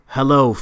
Hello